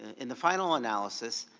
in the final analysis.